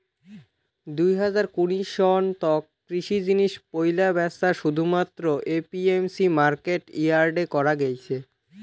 দুই হাজার কুড়ি সন তক কৃষি জিনিস পৈলা ব্যাচা শুধুমাত্র এ.পি.এম.সি মার্কেট ইয়ার্ডে করা গেইছে